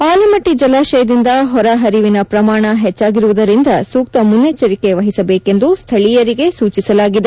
ಆಲಮಟ್ಟಿ ಜಲಾಶಯದಿಂದ ಹೊರ ಹರಿವಿನ ಪ್ರಮಾಣ ಹೆಚ್ಲಾಗಿರುವುದರಿಂದ ಸೂಕ್ತ ಮುನ್ನೆಚ್ಲರಿಕೆ ವಹಿಸಬೇಕೆಂದು ಸ್ಥಳೀಯರಿಗೆ ಸೂಚಿಸಲಾಗಿದೆ